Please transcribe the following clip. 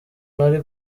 nari